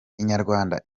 inyarwanda